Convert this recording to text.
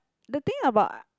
the thing about ah